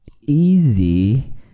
easy